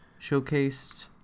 showcased